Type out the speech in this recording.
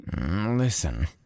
Listen